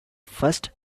first